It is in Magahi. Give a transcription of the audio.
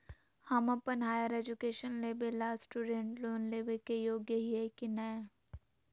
हम अप्पन हायर एजुकेशन लेबे ला स्टूडेंट लोन लेबे के योग्य हियै की नय?